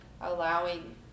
allowing